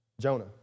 Jonah